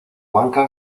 banca